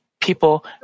people